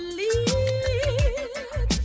lead